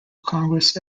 congress